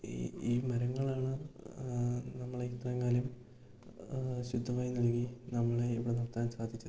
ഈ ഈ മരങ്ങളാണ് നമ്മളെ ഇത്രയും കാലം ശുദ്ധവായു നൽകി നമ്മളെ ഇവിടെ നിർത്താൻ സാധിച്ചത്